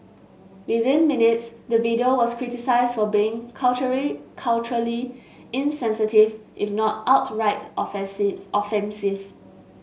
within minutes the video was criticised for being culturally culturally insensitive if not outright offensive offensive